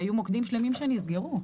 היו מוקדים שלמים שנסגרו.